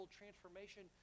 transformation